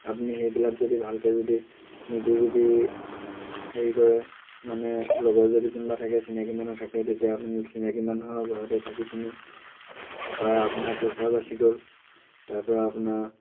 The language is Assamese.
আপুনি সেইবিলাক যদি ভালকৈ যদি নিজে যদি হেৰি কৰে মানে লগৰ যদি কোনোবা থাকে চিনাকী মানুহ থাকে তেতিয়া আপুনি চিনাকী মানুহৰ ঘৰতে থাকি পিনি থকা আপোনাৰ পইচাও বাচি গ'ল তাৰপৰা আপোনাৰ